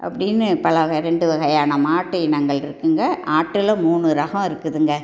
அப்படின்னு பல வகை ரெண்டு வகையான மாட்டு இனங்கள் இருக்குதுங்க ஆட்டுல மூணு ரகம் இருக்குதுங்க